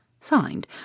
signed